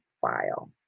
file